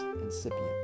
incipient